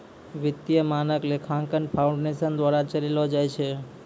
वित्तीय मानक लेखांकन फाउंडेशन द्वारा चलैलो जाय छै